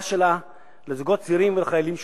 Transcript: שלה לזוגות צעירים ולחיילים משוחררים.